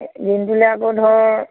দিনটোলৈ আকৌ ধৰ